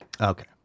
Okay